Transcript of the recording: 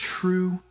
true